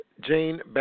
Jane